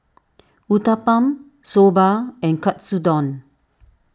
Uthapam Soba and Katsudon